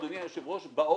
אדוני היושב-ראש ב-overall,